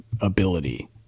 ability